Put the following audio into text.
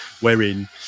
wherein